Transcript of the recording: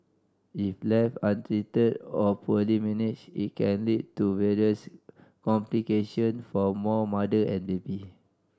if left untreated or poorly managed it can lead to various complication for both mother and baby